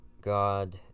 God